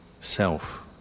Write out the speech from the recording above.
self